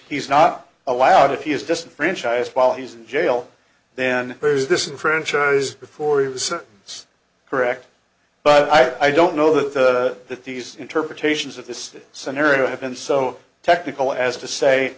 he's not allowed if he is just franchise while he's in jail then there's this enfranchise before he was correct but i don't know that that these interpretations of this scenario have been so technical as to say